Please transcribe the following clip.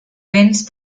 béns